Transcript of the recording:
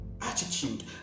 attitude